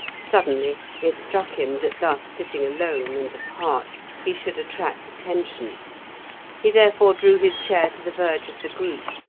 suddenly it struck him that thus sitting alone and apart, he should attract attention he, therefore, drew his chair to the verge of the group,